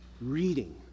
reading